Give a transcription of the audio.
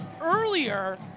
earlier